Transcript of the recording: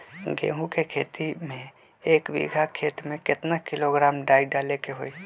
गेहूं के खेती में एक बीघा खेत में केतना किलोग्राम डाई डाले के होई?